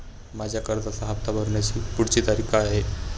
माझ्या कर्जाचा हफ्ता भरण्याची पुढची तारीख काय आहे?